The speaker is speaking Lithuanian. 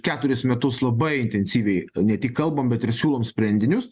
keturis metus labai intensyviai ne tik kalbam ir siūlom sprendinius